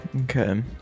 Okay